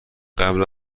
قبل